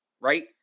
Right